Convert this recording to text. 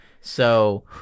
So-